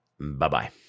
Bye-bye